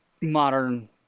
modern